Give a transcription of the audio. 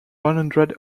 hundred